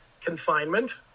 confinement